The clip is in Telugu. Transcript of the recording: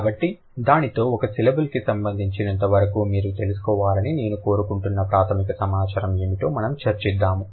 కాబట్టి దానితో ఒక సిలబుల్ కి సంబంధించినంతవరకు మీరు తెలుసుకోవాలని నేను కోరుకుంటున్న ప్రాథమిక సమాచారం ఏమిటో మనము చర్చిద్దాము